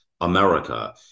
America